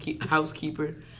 housekeeper